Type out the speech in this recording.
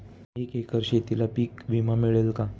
एका एकर शेतीला पीक विमा मिळेल का?